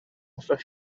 hoffech